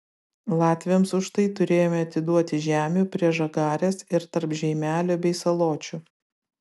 latviams už tai turėjome atiduoti žemių prie žagarės ir tarp žeimelio bei saločių